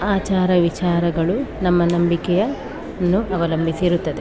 ಆಚಾರ ವಿಚಾರಗಳು ನಮ್ಮ ನಂಬಿಕೆಯನ್ನು ಅವಲಂಬಿಸಿರುತ್ತದೆ